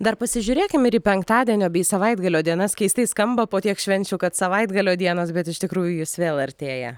dar pasižiūrėkime į penktadienio bei savaitgalio dienas keistai skamba po tiek švenčių kad savaitgalio dienos bet iš tikrųjų jos vėl artėja